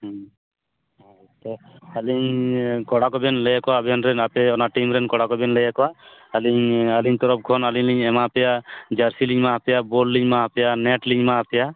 ᱛᱚ ᱟᱹᱵᱤᱱ ᱠᱚᱲᱟ ᱠᱚᱵᱮᱱ ᱞᱟᱹᱭ ᱟᱠᱚᱣᱟ ᱟᱵᱮᱱ ᱨᱮ ᱟᱯᱮ ᱚᱱᱟ ᱴᱤᱢ ᱨᱮᱱ ᱠᱚᱲᱟ ᱠᱚᱵᱮᱱ ᱞᱟᱹᱭ ᱟᱠᱚᱣᱟ ᱟᱹᱞᱤᱧ ᱟᱹᱞᱤᱧ ᱛᱚᱨᱚᱯ ᱠᱷᱚᱱ ᱟᱹᱞᱤᱧ ᱞᱤᱧ ᱮᱢᱟᱦᱟᱯᱮᱭᱟ ᱡᱟᱹᱨᱥᱤ ᱞᱤᱧ ᱮᱢᱟᱦᱟᱯᱮᱭᱟ ᱵᱳᱞ ᱞᱤᱧ ᱮᱢᱟᱦᱟᱯᱮᱭᱟ ᱱᱮᱴ ᱞᱤᱧ ᱮᱢᱟ ᱦᱟᱯᱮᱭᱟ